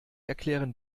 erklären